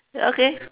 ya okay